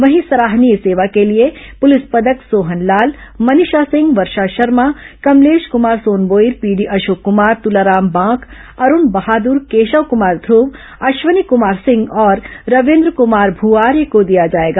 वहीं सराहनीय सेवा के लिए पुलिस पदक सोहन लाल मनीषा सिंह वर्षा शर्मा कमलेश कुमार सोनबोईर पीडी अशोक कुमार तुलाराम बांघ अरूण बहादु्र केशव कुमार ध्र्व अश्वनी कुमार सिंह और रविन्द्र कुमार भूआर्य को दिया जाएगा